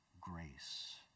grace